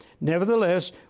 Nevertheless